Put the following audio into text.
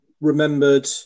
remembered